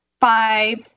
five